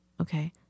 okay